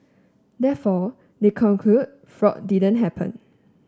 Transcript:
therefore they conclude fraud didn't happen